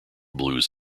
blues